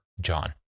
John